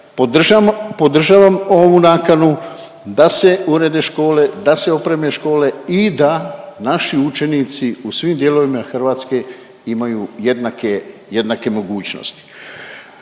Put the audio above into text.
podržavam ovu nakanu da se urede škole, da se opreme škole i da naši učenici u svim dijelovima Hrvatske imaju jednake, jednake mogućnosti.